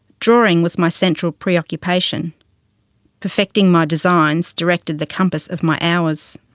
drawing was my central preoccupation perfecting my designs directed the compass of my hours.